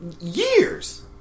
Years